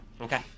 Okay